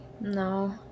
No